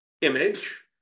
image